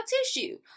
tissue